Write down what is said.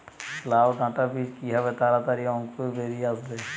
লাউ ডাটা বীজ কিভাবে তাড়াতাড়ি অঙ্কুর বেরিয়ে আসবে?